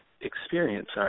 experience